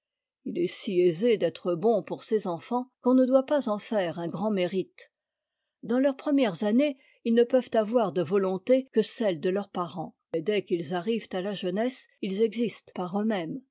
il est si aisé d'être bon pour ses enfants qu'on ne doit pas en faire un grand mérite dans leurs premières années ils ne peuvent avoir de volonté que celle dé leurs parents et dès qu'ils arrivent à la jeunesse ils existent par eux-mêmes